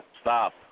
Stop